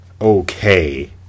Okay